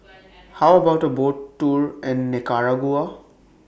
How about A Boat Tour in Nicaragua